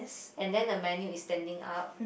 and then the menu is standing up